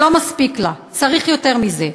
לא מספיק לה, צריך יותר מזה,